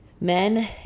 men